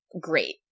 great